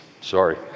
sorry